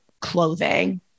clothing